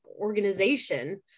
organization